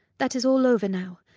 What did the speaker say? that is all over now,